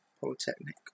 Polytechnic